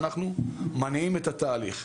אנחנו מניעים את התהליך.